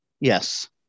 Yes